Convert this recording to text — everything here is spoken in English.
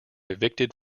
evicted